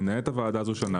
לנהל את הוועדה הראשונה,